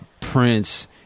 Prince